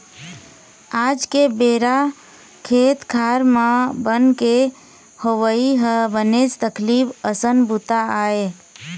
आज के बेरा खेत खार म बन के होवई ह बनेच तकलीफ असन बूता आय